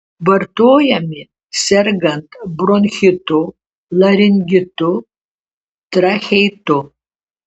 vartojami sergant bronchitu laringitu tracheitu